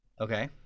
okay